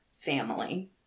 family